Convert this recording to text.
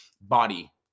body